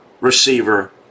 receiver